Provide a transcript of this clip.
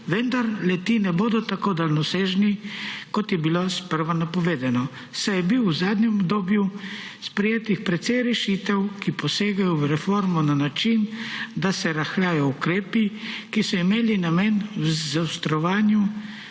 vendar le-ti ne bodo daljnosežni, kot je bilo sprva napovedano, saj je bilo v zadnjem obdobju sprejetih precej rešitev, ki posegajo v reformo na način, da se rahljajo ukrepi, ki so imeli namen zaostrovanja